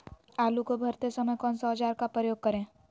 आलू को भरते समय कौन सा औजार का प्रयोग करें?